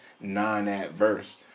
non-adverse